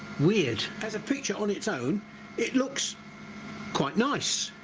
weird as a feature on its own it looks quite nice